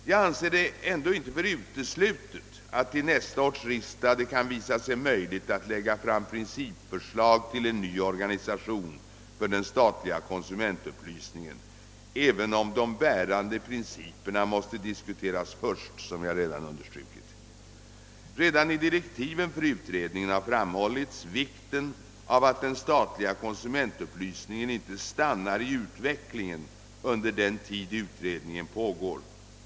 Jag anser det ändå inte uteslutet att det kan visa sig möjligt att för nästa års riksdag lägga fram principförslag till en ny organisation för den statliga konsumentupplysningen, även om de bärande principerna måste diskuteras först, såsom jag redan har understrukit. Redan i direktiven för utredningen har framhållits vikten av att den statliga konsumentupplysningen inte stannar i utvecklingen under den tid utredningen pågår.